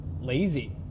lazy